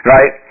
Right